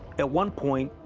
at one point,